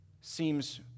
seems